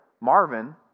Marvin